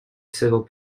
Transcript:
civil